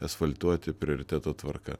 asfaltuoti prioriteto tvarka